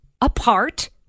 apart